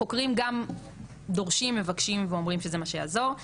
החוקרים גם דורשים, מבקשים ואומרים שזה מה שיעזור.